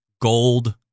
gold